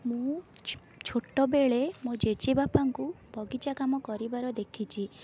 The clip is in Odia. ମୁଁ ଛୋଟବେଳେ ମୋ ଜେଜେବାପାଙ୍କୁ ବଗିଚା କାମ କରିବାର ଦେଖିଛି